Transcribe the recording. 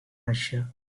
russia